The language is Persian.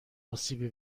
اسیبی